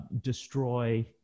destroy